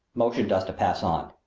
motioned to us to pass on.